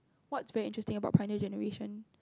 what's very interesting about pioneer-generation